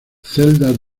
celdas